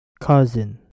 cousin